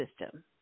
system